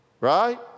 Right